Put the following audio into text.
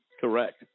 Correct